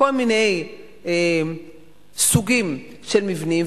כל מיני סוגים של מבנים.